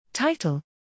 Title